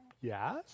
yes